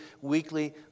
weekly